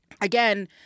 Again